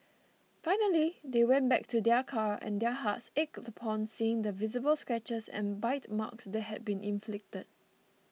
finally they went back to their car and their hearts ached upon seeing the visible scratches and bite marks that had been inflicted